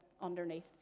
underneath